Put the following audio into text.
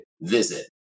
visit